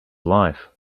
life